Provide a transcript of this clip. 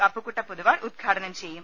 അപ്പുക്കുട്ട പൊതുവാൾ ഉദ്ഘാടനം ചെയ്യും